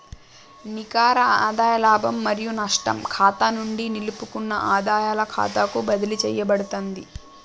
నికర ఆదాయ లాభం మరియు నష్టం ఖాతా నుండి నిలుపుకున్న ఆదాయాల ఖాతాకు బదిలీ చేయబడతాంది